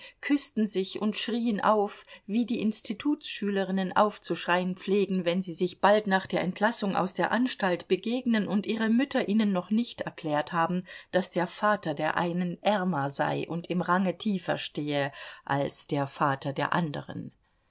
küßten sich und schrien auf wie die institutsschülerinnen aufzuschreien pflegen wenn sie sich bald nach der entlassung aus der anstalt begegnen und ihre mütter ihnen noch nicht erklärt haben daß der vater der einen ärmer sei und im range tiefer stehe als der vater der anderen